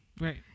Right